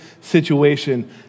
situation